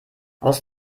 aus